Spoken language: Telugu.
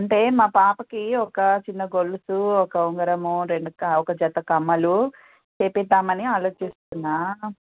అంటే మా పాపకి ఒక చిన్న గొలుసు ఒక ఉంగరము రెండు ఒక జత కమ్మలు చేపిద్దామని ఆలోచిస్తున్న